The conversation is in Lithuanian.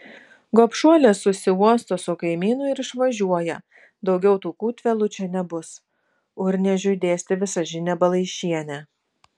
gobšuolė susiuosto su kaimynu ir išvažiuoja daugiau tų kūtvėlų čia nebus urniežiui dėstė visažinė balaišienė